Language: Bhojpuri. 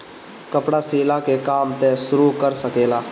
कपड़ा सियला के काम तू शुरू कर सकेला